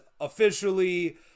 officially